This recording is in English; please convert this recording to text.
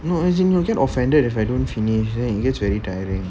no as in you will get offended if I don't finish then it gets very tiring